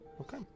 Okay